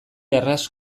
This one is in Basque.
arras